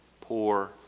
poor